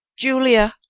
julia!